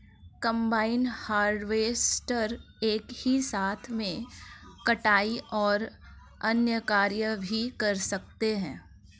combine harvester एक ही साथ में कटाई और अन्य कार्य भी कर देती है